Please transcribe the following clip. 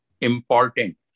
important